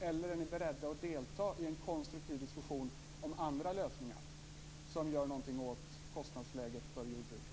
Eller är ni beredda att delta i en konstruktiv diskussion om andra lösningar som kan göra någonting åt kostnadsläget inom jordbruket?